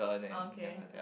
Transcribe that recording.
okay